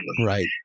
Right